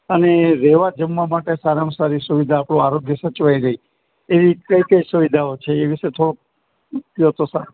અને રેવા જમવા માટે સારામાં સારી સુવિધા આપડું આરોગ્ય સચવાઈ રેય એવી કઈ કઈ સુવિધાઓ છે એ વિશે કઈ થોડુંક કયો તો સારું